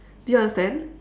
do you understand